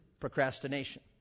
Procrastination